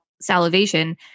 salivation